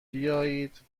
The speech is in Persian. بیایید